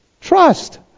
trust